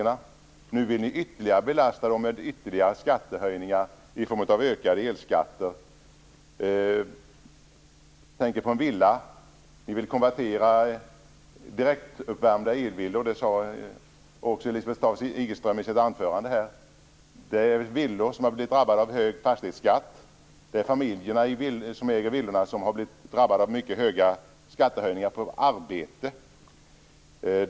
Nu vill ni belasta dem med ytterligare skattehöjningar i form av ökade elskatter. Ni vill konvertera villor som är direktuppvärmda med el. Det sade också Lisbeth Staaf-Igelström i sitt anförande här. Det är människor med villor som redan har blivit drabbade av höjningen av fastighetsskatten. Det är familjer som äger villorna som har blivit drabbade av mycket höga skattehöjningar på arbete.